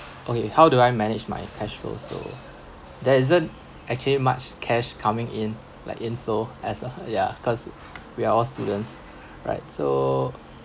okay how do I manage my cash flow so there isn't actually much cash coming in like inflow as of ya cause we are all students right so